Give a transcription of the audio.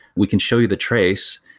we can show you the trace,